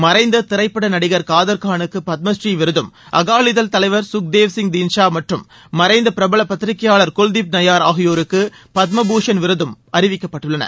மறைந்த திரைப்பட நடிகர் காதர்கானுக்கு பத்மஸ்ரீ விருதும் அகாலிதள் தலைவர் சுக்தேவ் சிங் தீன்ஷா மற்றும் மறைந்த பிரபல பத்திரிகையாளர் குல்தீப் நய்யாள் அறிவிக்கப்பட்டுள்ளன